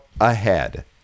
ahead